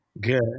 Good